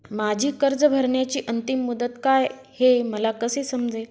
माझी कर्ज भरण्याची अंतिम मुदत काय, हे मला कसे समजेल?